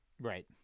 Right